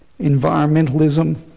environmentalism